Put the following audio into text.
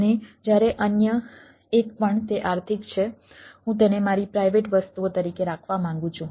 અને જ્યારે અન્ય એક પણ તે આર્થિક છે હું તેને મારી પ્રાઇવેટ વસ્તુઓ તરીકે રાખવા માંગુ છું